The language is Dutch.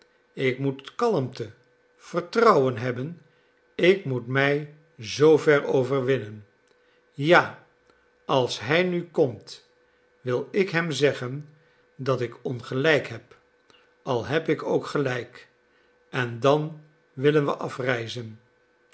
ik moet kalmte vertrouwen hebben ik moet mij zoover overwinnen ja als hij nu komt wil ik hem zeggen dat ik ongelijk heb al heb ik ook gelijk en dan willen we afreizen